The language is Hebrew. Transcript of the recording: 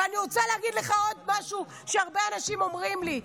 ואני רוצה להגיד לך עוד משהו שהרבה אנשים אומרים לי.